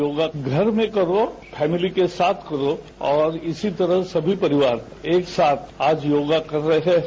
योगा घर में करो फैमिली के साथ करो और इसी तरह सभी परिवार एक साथ आज योगा कर रहे हैं